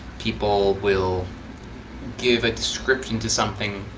people will give a description to something.